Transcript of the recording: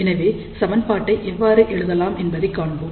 எனவே சமன்பாட்டை எவ்வாறு எழுதலாம் என்பதைக் காண்போம்